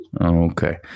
Okay